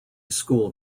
school